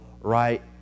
right